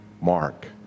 Mark